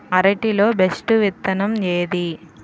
అరటి లో బెస్టు విత్తనం ఏది?